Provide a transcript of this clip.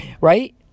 right